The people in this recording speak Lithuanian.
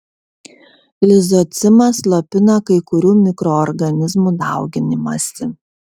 lizocimas slopina kai kurių mikroorganizmų dauginimąsi